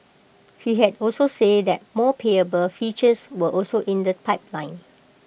he had also said that more payable features were also in the pipeline